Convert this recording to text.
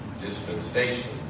dispensation